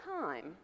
time